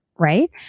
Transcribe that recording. Right